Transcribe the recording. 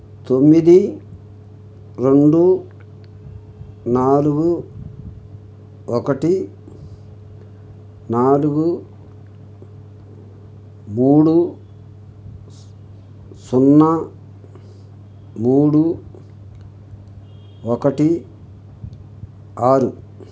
తొమ్మిది రెండు నాలుగు ఒకటి నాలుగు మూడు సున్నా మూడు ఒకటి ఆరు